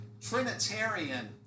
trinitarian